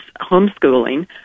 homeschooling